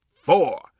four